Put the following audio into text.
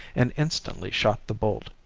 and instantly shot the bolt.